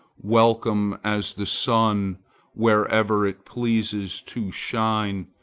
welcome as the sun wherever it pleases to shine,